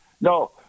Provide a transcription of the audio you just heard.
No